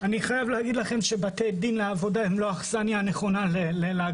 אני חייב להגיד לכם שבתי הדין לעבודה הם לא האכסניה הנכונה להגשה.